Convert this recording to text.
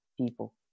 people